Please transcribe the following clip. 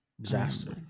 Disaster